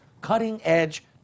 cutting-edge